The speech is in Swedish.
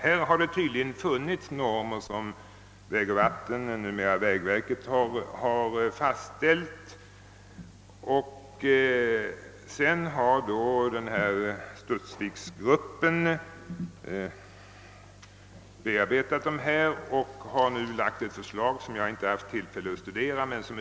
Det har tydligen funnits normer som vägoch vaitenbyggnadsstyrelsen, numera vägverket, fastställt, varefter studsviksgruppen bearbetat dem och framlagt ett förslag som är ute på remiss, men som jag inte haft tillfälle att studera.